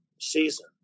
season